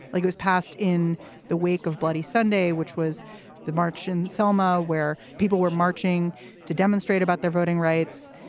like it was passed in the wake of bloody sunday, which was the march in selma where people were marching to demonstrate about their voting rights.